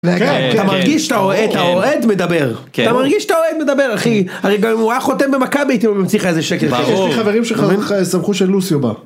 אתה מרגיש שאתה אוהד מדבר, אתה מרגיש שאתה אוהד מדבר, אחי, הרי גם אם הוא היה חותם במכבי הייתי ממציא לך איזה שקר, יש לי חברים שלך שמחו של לוסיו בא.